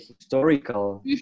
historical